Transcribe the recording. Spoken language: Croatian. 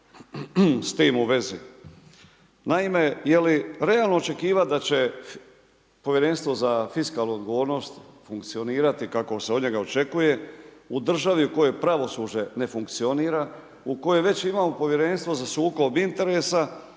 s tim u vezi. Naime, je li realno očekivati da će Povjerenstvo za fiskalnu odgovornost funkcionirati kako se od njega očekuje u državi u kojoj pravosuđe ne funkcionira, u kojoj već imamo Povjerenstvo za sukob interesa